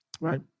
right